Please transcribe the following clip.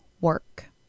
work